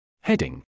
Heading